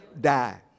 die